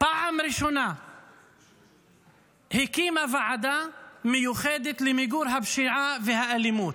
פעם ראשונה הקימה ועדה מיוחדת למיגור הפשיעה והאלימות.